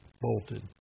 bolted